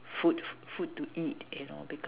food food to eat and order